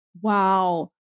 Wow